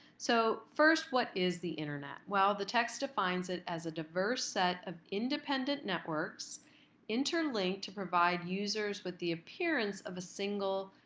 so first, what is the internet? well, the text defines it as a diverse set of independent networks interlink to provide users with the appearance of a single,